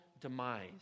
demise